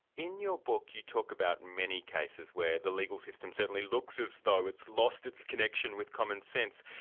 in your book, you talk about many cases where the legal system certainly looks as though it's lost its connection with commonsense.